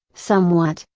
somewhat,